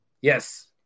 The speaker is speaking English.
Yes